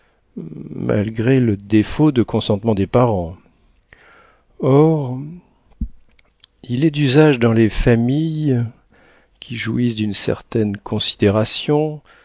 mariage malgré le défaut de consentement des parents or il est d'usage dans les familles qui jouissent d'une certaine considération